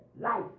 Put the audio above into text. life